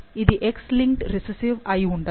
కాబట్టి ఇది X linked recessive అయి ఉండదు